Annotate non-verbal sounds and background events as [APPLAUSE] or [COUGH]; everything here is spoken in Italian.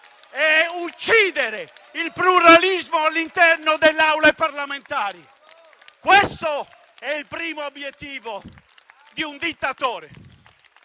e uccidere il pluralismo all'interno delle Aule parlamentari! [APPLAUSE] Questo è il primo obiettivo di un dittatore.